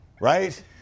Right